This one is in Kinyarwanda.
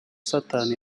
satani